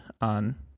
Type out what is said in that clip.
on